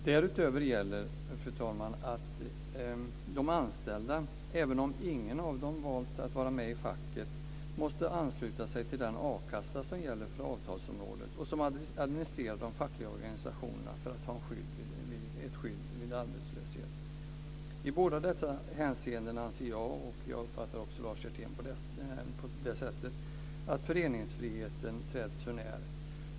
Därutöver gäller, fru talman, att de anställda även om ingen av dem valt att vara med i facket måste ansluta sig till den a-kassa som finns för avtalsområdet och som administreras av de fackliga organisationerna för att ge skydd vid arbetslöshet. I båda dessa hänseenden anser jag - och som jag uppfattade det också Lars Hjertén - att föreningsfriheten trätts för när.